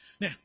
Now